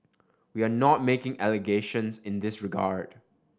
we are not making allegations in this regard